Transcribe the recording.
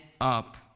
up